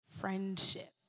friendship